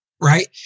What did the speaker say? right